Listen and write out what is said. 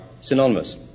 synonymous